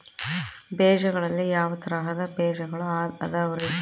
ಬೇಜಗಳಲ್ಲಿ ಯಾವ ತರಹದ ಬೇಜಗಳು ಅದವರಿ?